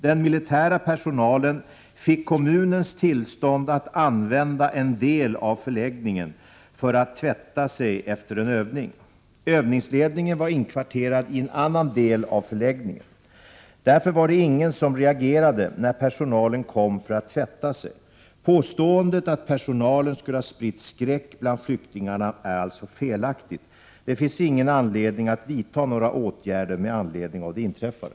Den militära personalen fick kommunens tillstånd att använda en del av förläggningen för att tvätta sig efter en övning. Övningsledningen var inkvarterad i en annan del av förläggningen. Därför var det ingen som reagerade när personalen kom för att tvätta sig. Påståendet att personalen skulle ha spritt skräck bland flyktingarna är alltså felaktigt. Det finns ingen anledning att vidta några åtgärder med anledning av det inträffade.